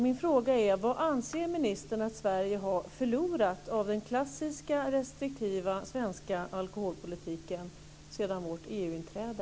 Min fråga är: Vad anser ministern att Sverige har förlorat av den klassiska restriktiva svenska alkoholpolitiken sedan vårt EU-inträde?